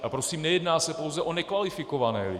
A prosím, nejedná se pouze o nekvalifikované lidi.